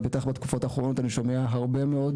ובטח בתקופות האחרונות אני שומע הרבה מאוד